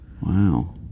Wow